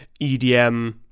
EDM